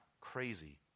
crazy